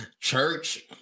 Church